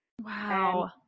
wow